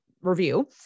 review